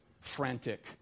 frantic